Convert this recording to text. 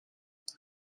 then